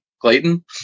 Clayton